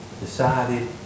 decided